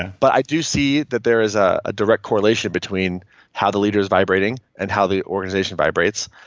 but i do see that there is ah a direct correlation between how the leader is vibrating and how the organization vibrates.